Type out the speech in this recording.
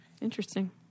Interesting